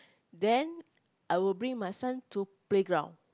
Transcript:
then I will bring my son to playground